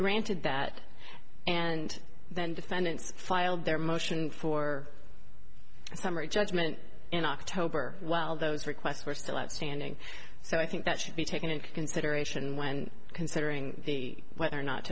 granted that and then defendants filed their motion for summary judgment in october while those requests were still outstanding so i think that should be taken into consideration when considering whether or not